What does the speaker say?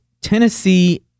Tennessee